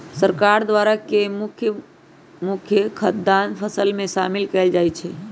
सरकार द्वारा के मुख्य मुख्य खाद्यान्न फसल में शामिल कएल जाइ छइ